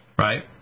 right